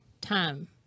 time